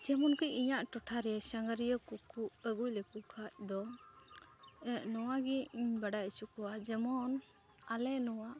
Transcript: ᱡᱮᱢᱚᱱᱠᱤ ᱤᱧᱟᱹᱜ ᱴᱚᱴᱷᱟᱨᱮ ᱥᱟᱸᱜᱷᱟᱨᱤᱭᱟᱹᱠᱚ ᱠᱚ ᱟᱹᱜᱩᱞᱮᱠᱚ ᱠᱷᱟᱡᱫᱚ ᱱᱚᱣᱟᱜᱮ ᱤᱧ ᱵᱟᱲᱟᱭ ᱚᱪᱚ ᱠᱚᱣᱟ ᱡᱮᱢᱚᱱ ᱟᱞᱮ ᱱᱚᱣᱟ